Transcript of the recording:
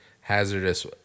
hazardous